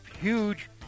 huge